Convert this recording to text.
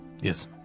Yes